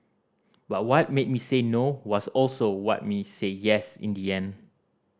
but what made me say No was also what made me say Yes in the end